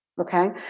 Okay